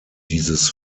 dieses